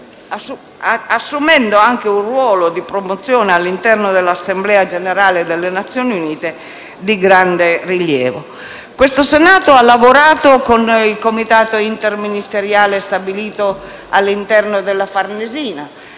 assumendo anche un ruolo di promozione all'interno dell'Assemblea generale delle Nazioni Unite di grande rilievo. Questo Senato ha lavorato con il Comitato interministeriale stabilito all'interno della Farnesina.